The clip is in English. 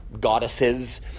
goddesses